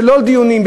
ולא בימים של דיונים,